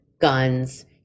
guns